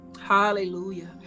Hallelujah